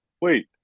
Wait